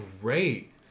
great